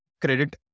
credit